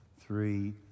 three